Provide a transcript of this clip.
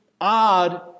odd